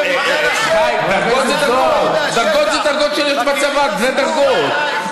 דרגות זה דרגות שיש בצבא, זה דרגות.